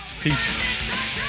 Peace